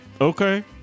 Okay